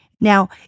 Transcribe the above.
Now